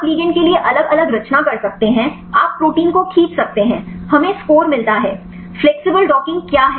आप लिगैंड के लिए अलग अलग रचना कर सकते हैं आप प्रोटीन को खींच सकते हैं हमें स्कोर मिलता है फ्लेक्सिबल डॉकिंग क्या है